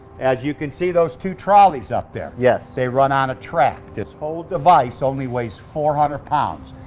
as you can see, those two trolleys up there. yes. they run on a track. this whole device only weighs four hundred pounds.